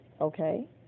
Okay